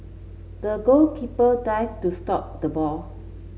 the goalkeeper dive to stop the ball